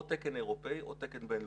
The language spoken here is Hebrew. או תקן אירופאי או תקן בינלאומי,